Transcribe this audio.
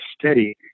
steady